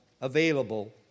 available